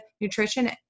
Nutrition